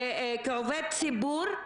כעובד ציבור,